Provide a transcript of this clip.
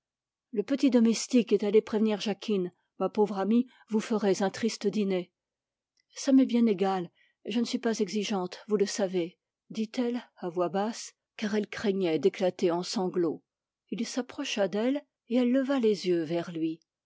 le domestique est allé prévenir jacquine ma pauvre amie vous ferez un triste dîner ça m'est bien égal je ne suis pas exigeante vous le savez dit-elle à voix basse car elle craignait d'éclater en sanglots il s'approcha d'elle et elle leva les yeux vers lui